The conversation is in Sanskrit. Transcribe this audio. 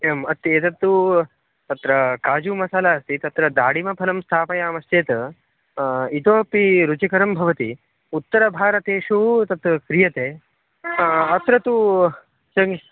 एवम् अतः एतत्तु तत्र काजुमसाला अस्ति तत्र दाडिमफलं स्थापयामश्चेत् इतोऽपि रुचिकरं भवति उत्तरभारतेषु तत् क्रियते अत्र तु तन्